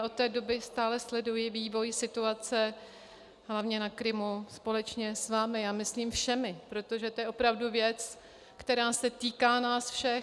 Od té doby stále sleduji vývoj situace hlavně na Krymu společně s vámi, a myslím všemi, protože to je opravdu věc, která se týká nás všech.